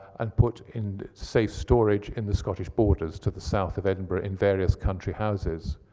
and put in safe storage in the scottish borders, to the south of edinburgh, in various country houses,